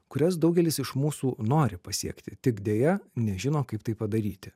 kurias daugelis iš mūsų nori pasiekti tik deja nežino kaip tai padaryti